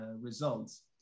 results